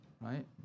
Right